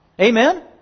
Amen